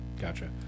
Gotcha